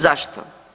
Zašto?